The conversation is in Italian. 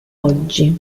oggi